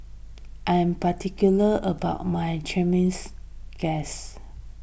I am particular about my Chimichangas